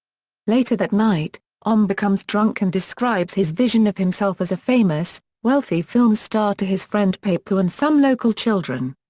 later that night, om becomes drunk and describes his vision of himself as a famous, wealthy film star to his friend pappu and some local children.